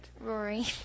Rory